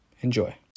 Enjoy